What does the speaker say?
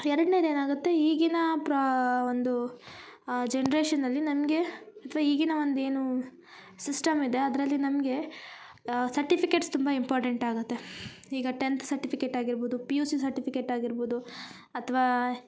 ಎರಡನೇದು ಏನಾಗತ್ತೆ ಈಗಿನಾ ಪ್ರಾ ಒಂದು ಜನ್ರೇಷನಲ್ಲಿ ನನಗೆ ಅಥ್ವ ಈಗಿನ ಒಂದು ಏನು ಸಿಸ್ಟಮ್ ಇದೆ ಅದರಲ್ಲಿ ನಮಗೆ ಸರ್ಟಿಫಿಕೇಟ್ಸ್ ತುಂಬ ಇಂಪಾರ್ಟೆಂಟ್ ಆಗುತ್ತೆ ಈಗ ಟೆಂತ್ ಸರ್ಟಿಫಿಕೇಟ್ ಆಗಿರ್ಬೋದು ಪಿ ಯು ಸಿ ಸರ್ಟಿಫಿಕೇಟ್ ಆಗಿರ್ಬೋದು ಅಥ್ವಾ